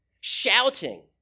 Shouting